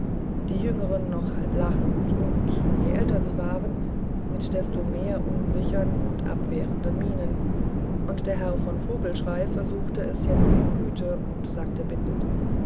die jüngeren noch halb lachend und je älter sie waren mit desto mehr unsichern und abwehrenden mienen und der herr von vogelschrey versuchte es jetzt in güte und sagte bittend